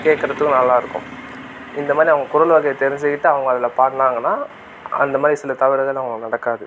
கேட்கறதுக்கும் நல்லாயிருக்கும் இந்த மாதிரி அவங்க குரல் வகையை தெரிஞ்சுக்கிட்டு அவங்க அதில் பாடினாங்கன்னா அந்த மாதிரி சில தவறுகள் அவ்வளவு நடக்காது